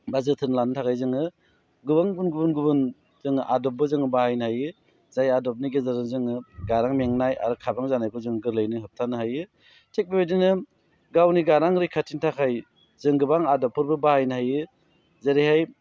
बा जोथोन लानो थाखाय जोङो गोबां गुबुन गुबुन जोङो आदबबो जोङो बाहायनो हायो जाय आदबनि गेजेरजों जोङो गारां मेंनाय आरो खाब्रां जानायखौ जों गोरलैयैनो होबथानो हायो थिग बेबायदिनो गावनि गारां रैखाथिनि थाखाय जों गोबां आदबफोरबो बाहायनो हायो जेरैहाय